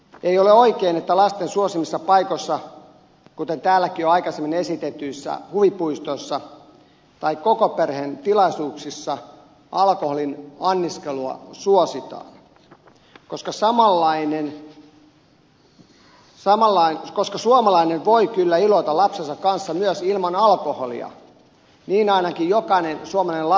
ei ole oikein että lasten suosimissa paikoissa kuten täälläkin jo aikaisemmin esitetyissä huvipuistoissa tai koko perheen tilaisuuksissa alkoholin anniskelua suositaan koska suomalainen voi kyllä iloita lapsensa kanssa myös ilman alkoholia niin ainakin jokainen suomalainen lapsi toivoisi